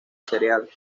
cereal